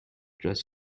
dress